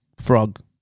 Frog